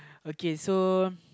okay so